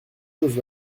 chose